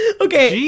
Okay